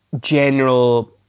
general